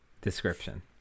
description